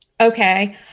okay